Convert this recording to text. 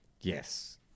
Yes